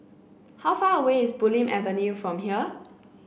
how far away is Bulim Avenue from here